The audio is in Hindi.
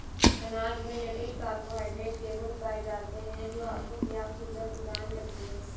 अनाज में जटिल कार्बोहाइड्रेट के गुण पाए जाते हैं, जो आपको पर्याप्त ऊर्जा प्रदान करते हैं